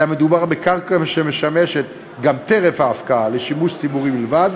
אלא מדובר בקרקע שמשמשת גם טרם ההפקעה לשימוש ציבורי בלבד,